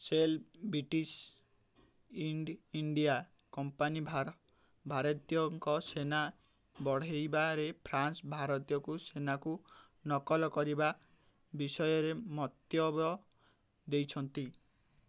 Sheel British India company ଭାରତୀୟଙ୍କ ସେନା ବଢ଼ାଇବାରେ ଫ୍ରାନ୍ସ ଭାରତୀୟ ସେନାକୁ ନକଲ କରିବା ବିଷୟରେ ମତ୍ୟବ୍ୟ ଦେଇଛନ୍ତି